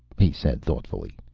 he said thoughtfully.